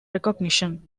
recognition